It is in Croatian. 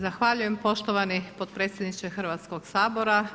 Zahvaljujem poštovani potpredsjedniče Hrvatskog sabora.